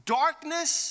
darkness